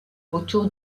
autour